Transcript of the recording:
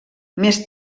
més